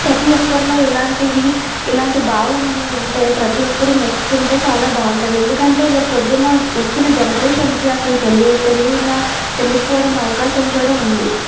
ప్రతి ఒక్కరిలో ఇలాంటి ఇలాంటి భావం అనేది ఉంటే ప్రతి ఒక్కరు నేర్చుకుంటే చాలా బాగుంటుంది ఎందుకంటే రేపు పొద్దున్న వచ్చిన జనరేషన్కి అసలు తెలియ తెలినా తెలియకపోవడం అవకాశం కూడా ఉంది